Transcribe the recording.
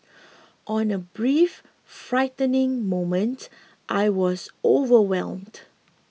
on a brief frightening moment I was overwhelmed